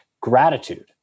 gratitude